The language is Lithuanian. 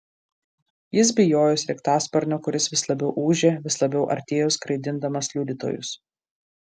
jis bijojo sraigtasparnio kuris vis labiau ūžė vis labiau artėjo skraidindamas liudytojus